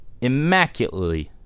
immaculately